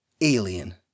Alien